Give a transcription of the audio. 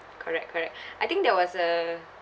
correct correct I think there was a